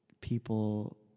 people